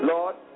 Lord